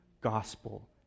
gospel